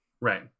Right